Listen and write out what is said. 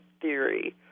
theory